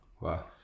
wow